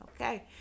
okay